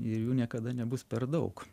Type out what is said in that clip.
ir jų niekada nebus per daug